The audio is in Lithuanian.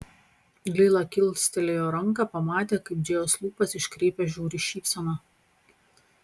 lila kilstelėjo ranką pamatė kaip džėjos lūpas iškreipia žiauri šypsena